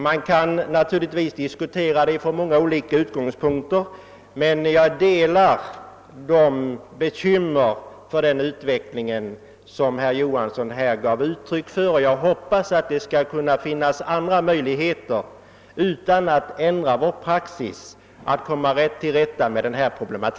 Detta problem diskuteras från många olika utgångspunkter, men jag delar de bekymmer för utvecklingen som herr Johansson här gav uttryck för. Jag hoppas att det skall finnas andra möjligheter — utan att man i övrigt ändrar praxis — att komma till rätta med problemet.